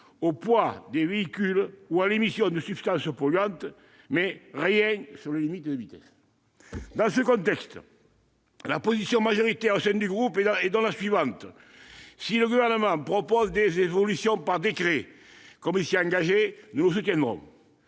au poids des véhicules ou à l'émission de substances polluantes, mais rien sur les limites de vitesse ? Dans ce contexte, la position majoritaire au sein du groupe est donc la suivante : si le Gouvernement propose des évolutions par décret, comme il s'y est engagé, nous le soutiendrons